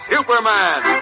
Superman